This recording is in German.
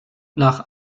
nach